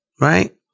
right